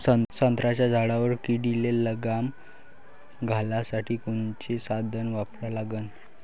संत्र्याच्या झाडावर किडीले लगाम घालासाठी कोनचे साधनं वापरा लागन?